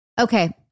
Okay